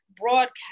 broadcast